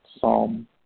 Psalm